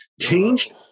Changed